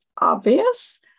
obvious